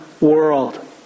world